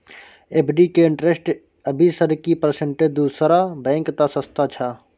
FD के interest अभी sir की परसेंट दूसरा बैंक त सस्ता छः?